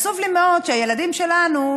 ועצוב לי מאוד שהילדים שלנו,